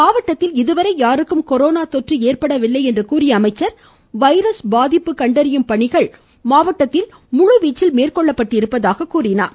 இம்மாவட்டத்தில் இதுவரை யாருக்கும் கொரோனா தொற்று ஏற்படவில்லை என்று கூறிய அவர் வைரஸ் பாதிப்பு கண்டறியும் பணிகள் முழுவீச்சில் மேற்கொள்ளப்பட்டதாக கூறினார்